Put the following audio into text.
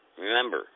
Remember